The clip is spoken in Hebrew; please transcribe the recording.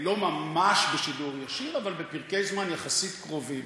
לא ממש בשידור ישיר אבל בפרקי זמן יחסית קרובים.